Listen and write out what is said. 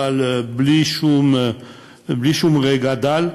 אבל בלי שום רגע דל.